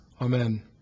Amen